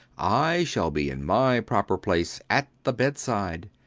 i shall be in my proper place, at the bedside.